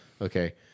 Okay